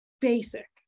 basic